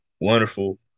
wonderful